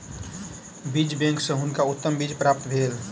बीज बैंक सॅ हुनका उत्तम बीज प्राप्त भेल